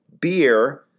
beer